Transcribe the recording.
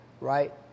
Right